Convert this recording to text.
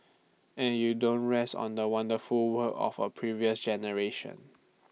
and you don't rest on the wonderful work of A previous generation